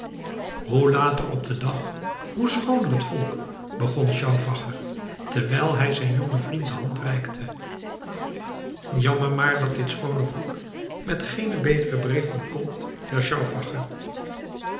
hoe later op den dag hoe schooner volk begon stauffacher terwijl hij zijn jongen vriend de hand reikte jammer maar dat dit schooner volk met geene betere berichten komt